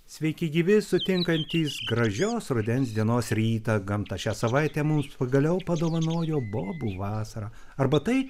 sveiki gyvi sutinkantys gražios rudens dienos rytą gamta šią savaitę mums pagaliau padovanojo bobų vasarą arba tai